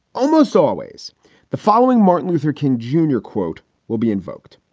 almost always the following martin luther king junior quote will be invoked.